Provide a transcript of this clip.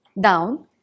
down